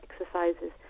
exercises